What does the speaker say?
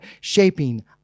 shaping